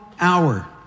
hour